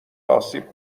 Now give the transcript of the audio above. آسیب